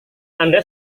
anda